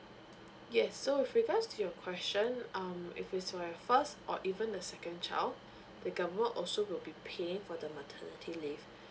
yes so with regards to your question um if it's for your first or even the second child the government also to pay for the um